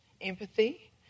empathy